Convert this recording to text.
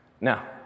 Now